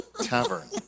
Tavern